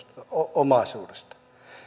omaisuudesta